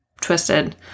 twisted